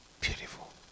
Beautiful